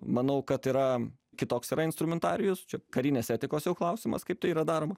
manau kad yra kitoks yra instrumentarijus čia karinės etikos jau klausimas kaip tai yra daroma